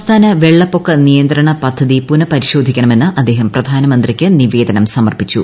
സംസ്ഥാന വെള്ളപ്പൊക്ക നിയന്ത്രണ പദ്ധതി പുനഃപരിശോധിക്കണമെന്ന് അദ്ദേഹം പ്രധാനമന്ത്രിക്ക് നിവേദനം സമർപ്പിച്ചു